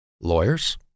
Lawyers